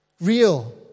real